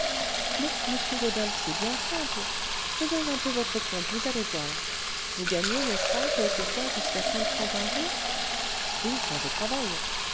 mais monsieur rodolphe c'est bien simple faisons un peu votre compte vous allez voir vous gagnez n'est-ce pas quelquefois jusqu'à cinq francs par jour oui quand je travaille